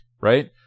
Right